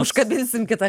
užkabinsim kitą